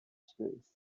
space